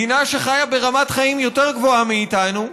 מדינה שחיה ברמת חיים יותר גבוהה מאיתנו,